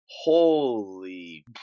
holy